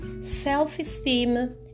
self-esteem